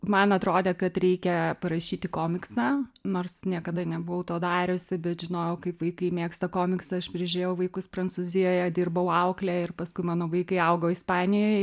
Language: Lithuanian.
man atrodė kad reikia parašyti komiksą nors niekada nebuvau to dariusi bet žinojau kaip vaikai mėgsta komiksą aš prižiūrėjau vaikus prancūzijoje dirbau aukle ir paskui mano vaikai augo ispanijoj